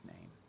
name